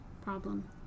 problem